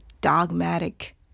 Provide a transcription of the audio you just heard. dogmatic